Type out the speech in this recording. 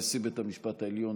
נשיא בית המשפט העליון,